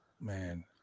Man